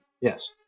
Yes